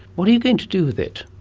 what are you going to do with it?